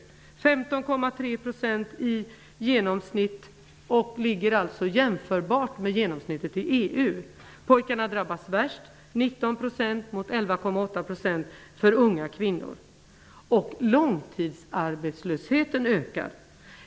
Den uppgår till 15,3 %, dvs. är jämförbar med genomsnittet inom EU. Pojkarna drabbas värst med 19 % mot 11,8 % för unga kvinnor. Också långtidsarbetslösheten ökar.